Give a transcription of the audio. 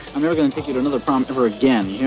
i'm never gonna take you to another prom ever again, you